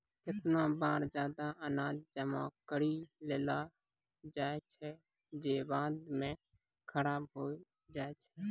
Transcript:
केतना बार जादा अनाज जमा करि लेलो जाय छै जे बाद म खराब होय जाय छै